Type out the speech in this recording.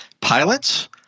pilots